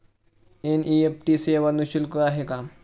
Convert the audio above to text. NEFT सेवा निःशुल्क आहे का?